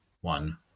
one